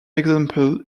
example